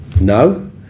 No